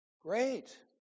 Great